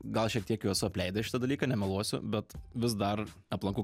gal šiek tiek jau esu apleidęs šitą dalyką nemeluosiu bet vis dar aplankau